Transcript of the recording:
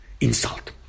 insult